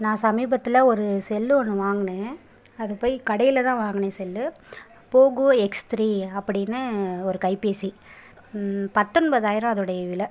நான் சமீபத்தில் ஒரு செல் ஒன்று வாங்கினேன் அது போய் கடையில்தான் வாங்கினேன் செல் போகோ எக்ஸ் த்ரீ அப்படின்னு ஒரு கைபேசி பத்தொன்பதாயிரம் அதோடைய விலை